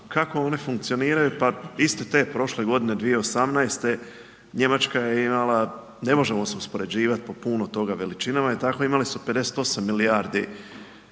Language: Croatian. kako one funkcioniraju pa iste te prošle godine 2018. Njemačka je imala, ne možemo se uspoređivati po puno toga, veličinama i tako, imali su 58 milijardi